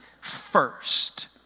first